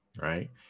right